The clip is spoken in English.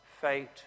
fate